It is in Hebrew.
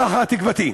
כך תקוותי.